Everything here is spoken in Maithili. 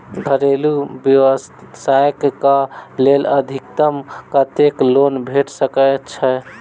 घरेलू व्यवसाय कऽ लेल अधिकतम कत्तेक लोन भेट सकय छई?